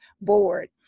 board